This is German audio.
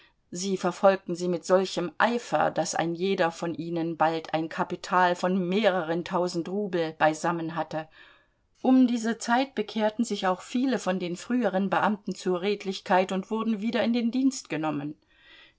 sie verfolgten sie mit solchem eifer daß ein jeder von ihnen bald ein kapital von mehreren tausend rubel beisammen hatte um diese zeit bekehrten sich auch viele von den früheren beamten zur redlichkeit und wurden wieder in den dienst genommen